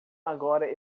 agora